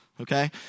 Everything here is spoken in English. okay